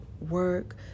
work